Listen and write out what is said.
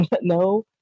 no